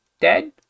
Dead